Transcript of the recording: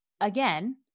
again